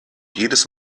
jedes